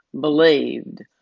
believed